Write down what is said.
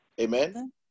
Amen